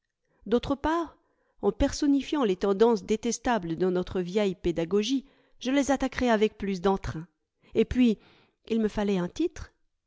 d'autre part en personnifiant les tendances détestables de notre vieille pédagogie je les attaquerai avec plus d'enirain et puis il me fallait un titre